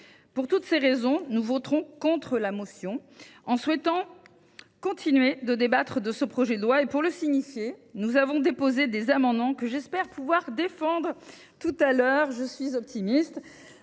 Pour toutes ces raisons, nous voterons contre la motion. Nous souhaitons continuer de débattre de ce projet de loi et, pour le signifier, nous avons même déposé des amendements, que j’espère pouvoir défendre tout à l’heure. Je suis optimiste